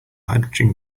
hydrogen